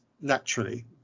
naturally